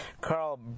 Carl